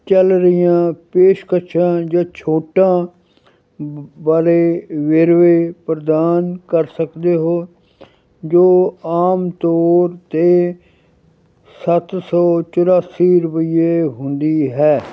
ਚੱਲ ਰਹੀਆਂ ਪੇਸ਼ਕਸ਼ਾਂ ਜਾਂ ਛੋਟਾਂ ਵ ਵਾਲੇ ਵੇਰਵੇ ਪ੍ਰਦਾਨ ਕਰ ਸਕਦੇ ਹੋ ਜੋ ਆਮ ਤੌਰ 'ਤੇ ਸੱਤ ਸੌ ਚੁਰਾਸੀ ਰੁਪਈਏ ਹੁੰਦੀ ਹੈ